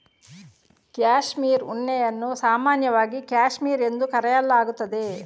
cashmere ಉಣ್ಣೆಯನ್ನು ಸಾಮಾನ್ಯವಾಗಿ cashmere ಎಂದು ಕರೆಯಲಾಗುತ್ತದೆ